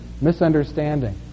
misunderstanding